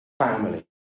family